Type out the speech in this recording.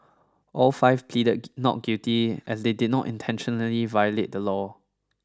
all five pleaded not guilty as they did not intentionally violate the law